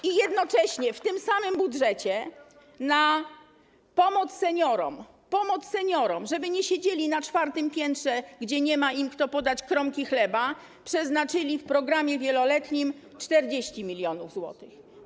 I jednocześnie w tym samym budżecie na pomoc seniorom, pomoc seniorom, żeby nie siedzieli na czwartym piętrze, gdzie nie ma im kto podać kromki chleba, przeznaczyli w programie wieloletnim 40 mln zł.